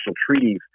treaties